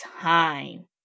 time